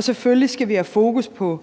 Selvfølgelig skal vi have fokus på